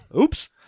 oops